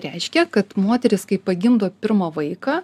reiškia kad moteris kai pagimdo pirmą vaiką